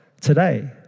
today